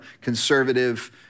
conservative